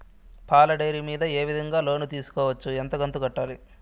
పాల డైరీ మీద ఏ విధంగా లోను తీసుకోవచ్చు? ఎంత కంతు కట్టాలి?